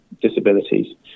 disabilities